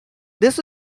this